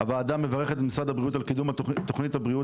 הוועדה מברכת את משרד הבריאות על קידום תוכנית הבריאות